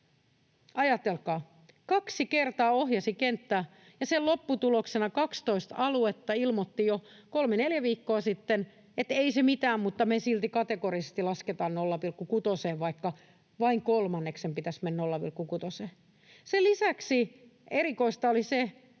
Ajatelkaa: kaksi kertaa ohjasi kenttää, ja sen lopputuloksena 12 aluetta ilmoitti jo kolme, neljä viikkoa sitten, että ei se mitään, mutta me silti kategorisesti lasketaan 0,6:een vaikka vain kolmanneksen pitäisi mennä 0,6:een. Sen lisäksi erikoista oli se,